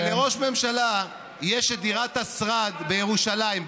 כשלראש ממשלה יש את דירת השרד בירושלים,